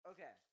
Okay